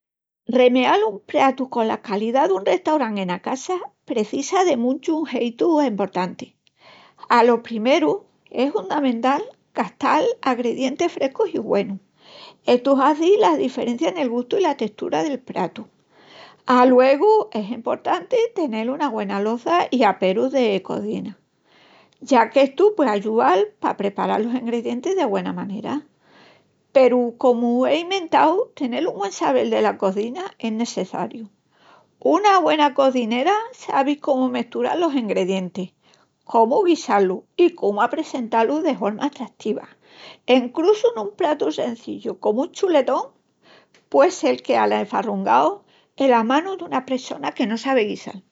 Remeal un pratu cona calidá dun restaurán ena casa precisa de muchus jeitus emportantis. Alo primeru, es hundamental gastal agredientis frescus i güenus, estu hazi la deferencia nel gustu i la testura del pratu. Aluegu, es emportanti tenel una güena loça i aperus de cozina, ya qu'estu pué ayual p'apreparal los engredientis de güena manera. Peru comu ei mentau, tenel un güen sabel dela cozina es nesseçariu. Una güena cozinera sabi comu mestural los agredientis, comu guisá-lus i comu apressentá-lus de horma atrativa. Encrussu nun pratu sencillu comu un chuletón pué sel queal esfarrungau enas manus duna pressona que no sabi de guisal.